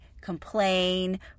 complain